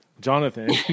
Jonathan